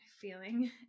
feeling